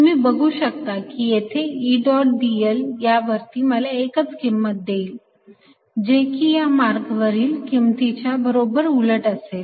तुम्ही बघू शकता की येथे E डॉट dl यावरती मला एकच किंमत देईल जे की या मार्गावरील किमतीच्या बरोबर उलट असेल